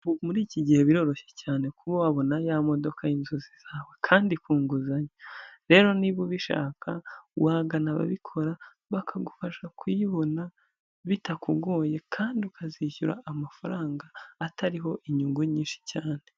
Muri iki gihe biroroshye cyane kuba wabona ya modoka y'inzozi zawe kandi ku nguzanyo, rero niba ubishaka wagana ababikora bakagufasha kuyibona bitakugoye, kandi ukazishyura amafaranga atariho inyungu nyinshi cyane.